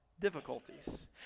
difficulties